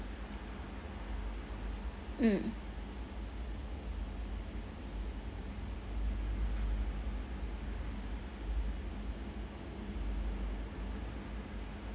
mm